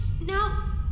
Now